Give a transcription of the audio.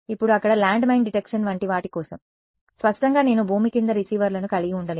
ఇప్పుడు అక్కడ landmine detection వంటి వాటి కోసం స్పష్టంగా నేను భూమి కింద రిసీవర్లను కలిగి ఉండలేను